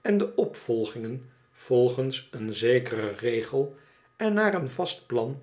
en opvolgingen volgens een zekeren regel en naar een vast plan